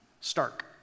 stark